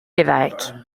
l’évêque